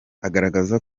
azagaragaza